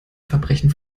verbrechen